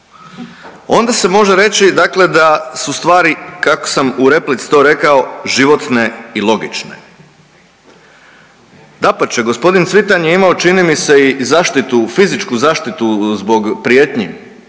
onda se može reći dakle da su stvari kako sam u replici to rekao, životne i logične. Dapače, g. Cvitan je imao čini mi se i zaštitu, fizičku zaštitu zbog prijetnji